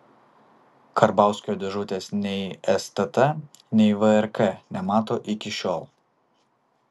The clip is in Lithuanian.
karbauskio dėžutės nei stt nei vrk nemato iki šiol